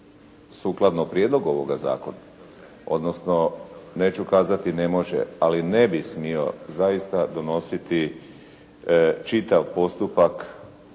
sukladno prijedlogu ovoga zakona odnosno neću kazati ne može ali ne bi smio zaista donositi čitav postupak